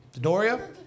Doria